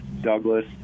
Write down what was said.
Douglas